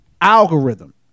algorithm